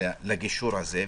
לגישור הזה,